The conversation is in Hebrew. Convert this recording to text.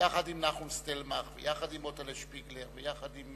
יחד עם נחום סטלמך ויחד עם מוטל'ה שפיגלר ויחד עם